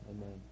Amen